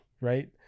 right